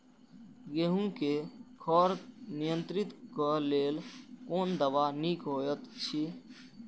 गेहूँ क खर नियंत्रण क लेल कोन दवा निक होयत अछि?